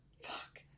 Fuck